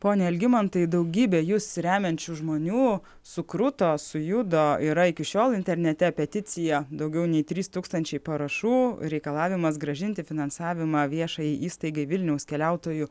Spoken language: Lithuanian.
pone algimantai daugybę jus remiančių žmonių sukruto sujudo yra iki šiol internete peticija daugiau nei trys tūkstančiai parašų reikalavimas grąžinti finansavimą viešajai įstaigai vilniaus keliautojų